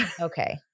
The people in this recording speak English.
Okay